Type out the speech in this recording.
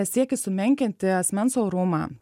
siekis sumenkinti asmens orumą